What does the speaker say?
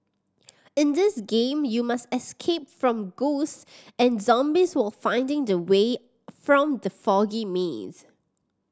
in this game you must escape from ghost and zombies while finding the way from the foggy maze